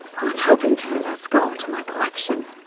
i was hoping to add her skull to my collection,